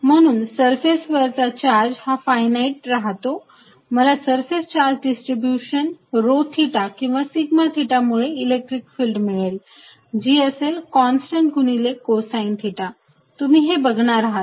म्हणून सरफेस वरचा चार्ज हा फायनाईट राहतो मला surface charge distribution rho theta किंवा सिग्मा थिटा मुळे इलेक्ट्रिक फिल्ड मिळेल जी असेल कॉन्स्टंट गुणिले कोसाईन थिटा तुम्ही ते बघणार आहात